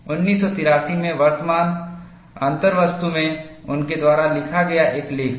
1983 में वर्तमान अंतर्वस्तु में उनके द्वारा लिखा गया एक लेख था